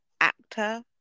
actor